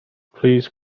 please